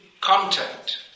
contact